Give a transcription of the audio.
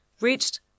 reached